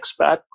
expat